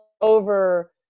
over